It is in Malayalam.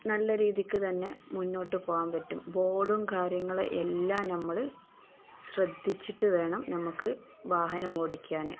നല്ല രീതിക്കു തന്നെ മുന്നോട്ടുപോവാൻ പറ്റും ബോഡും കാര്യങ്ങളെല്ലാം നമ്മള് ശ്രദ്ധിച്ചിട്ടു വേണം നമുക്കു വാഹനമോടിക്കാന്